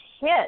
hit